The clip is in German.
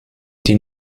die